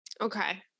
Okay